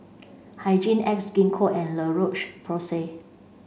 Hygin X Gingko and La Roche Porsay